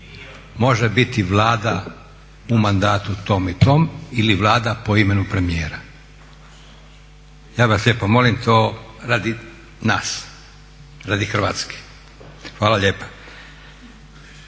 Može biti Vlada u mandatu tom i tom ili Vlada po imenu premijera. Ja vas lijepo molim, to radi nas, radi Hrvatske. Hvala lijepa.